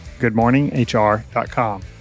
goodmorninghr.com